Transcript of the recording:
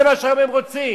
זה מה שהם רוצים.